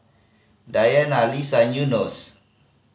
Diana Lisa and Yunos